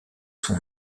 son